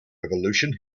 revolution